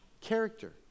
Character